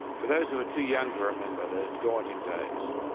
for those who are too young to remember those daunting days,